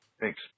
Thanks